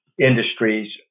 industries